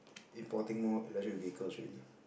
importing more electric vehicles already